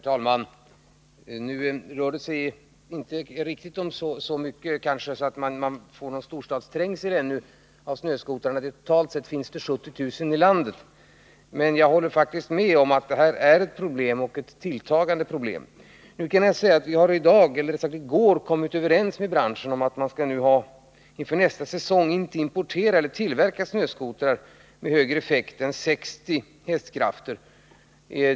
Herr talman! Nu rör det sig inte om så många snöskotrar att vi får någon storstadsträngsel. Totalt sett finns det 70 000 i landet. Men jag håller med om att detta faktiskt är ett problem och att det är i tilltagande. Jag kan säga att vii går kom överens med branschen om att man inför nästa säsong inte skall importera eller tillverka snöskotrar med högre effekt än 60 hästkrafter.